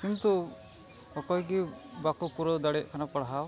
ᱠᱤᱱᱛᱩ ᱚᱠᱚᱭ ᱜᱮ ᱵᱟᱠᱚ ᱯᱩᱨᱟᱹᱣ ᱫᱟᱲᱮᱭᱟᱜ ᱠᱟᱱᱟ ᱯᱟᱲᱦᱟᱣ